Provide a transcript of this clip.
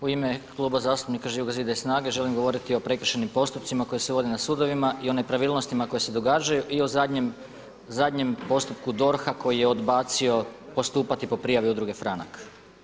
U ime Kluba zastupnika Živog zida i SNAGA-e želim govoriti o prekršajnim postupcima koji se vode na sudovima i o nepravilnostima koje se događaju i o zadnjem postupku DORH-a koji je odbacio postupati po prijavi Udruge Franak.